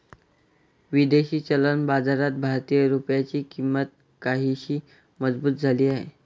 विदेशी चलन बाजारात भारतीय रुपयाची किंमत काहीशी मजबूत झाली आहे